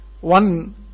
one